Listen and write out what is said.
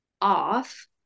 off